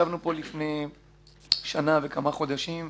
ישבנו פה לפני שנה וכמה חודשים,